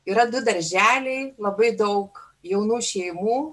yra du darželiai labai daug jaunų šeimų